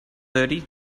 thirty